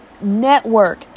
network